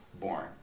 born